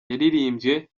yaririmbye